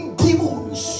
demons